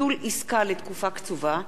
(ביטול עסקה לתקופה קצובה),